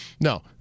No